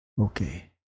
Okay